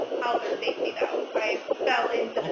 healthy or safety though. i fell into